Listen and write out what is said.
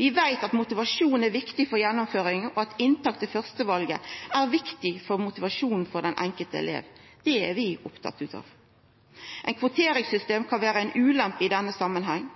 Vi veit at motivasjon er viktig for gjennomføring, og at inntak til førstevalet er viktig for motivasjonen til den enkelte elev. Det er vi opptatt av. Eit kvoteringssystem kan vera ei ulempe i denne